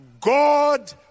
God